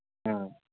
ꯎꯝ